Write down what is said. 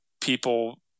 people